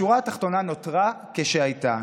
השורה התחתונה נותרה כשהייתה,